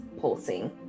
pulsing